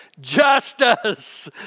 Justice